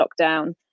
lockdown